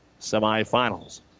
semifinals